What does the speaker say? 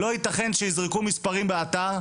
לא יתכן שיזרקו מספרים באתר,